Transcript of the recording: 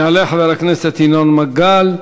יעלה חבר הכנסת ינון מגל,